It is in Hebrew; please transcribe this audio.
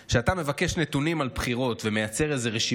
כשאתה מבקש נתונים על בחירות ומייצר איזו רשימה